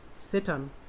Satan